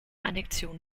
annexion